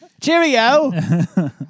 Cheerio